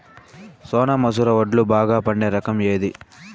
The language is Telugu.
సోనా మసూర వడ్లు బాగా పండే రకం ఏది